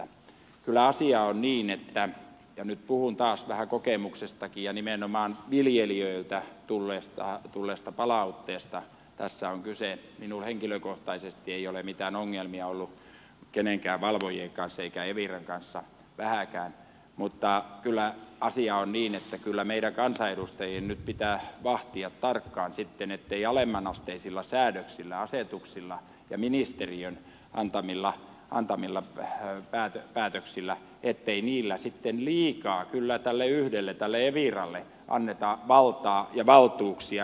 kyllä asia on niin ja nyt puhun taas vähän kokemuksestakin ja nimenomaan viljelijöiltä tulleesta palautteesta tässä on kyse minulla henkilökohtaisesti ei ole mitään ongelmia ollut keidenkään valvojien kanssa eikä eviran kanssa vähääkään mutta kyllä asia on niin että kyllä meidän kansanedusta jien nyt pitää vahtia tarkkaan ettei alemmanasteisilla säädöksillä asetuksilla ja ministeriön antamilla päätöksillä sitten liikaa tälle yhdelle tälle eviralle anneta valtaa ja valtuuksia